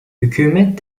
hükümet